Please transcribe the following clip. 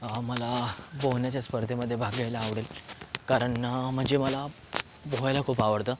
मला पोहण्याच्या स्पर्धेमध्ये भाग घ्यायला आवडेल कारण म्हणजे मला पोहायला खूप आवडतं